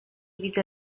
widzę